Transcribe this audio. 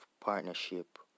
partnership